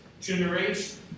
generation